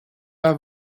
pas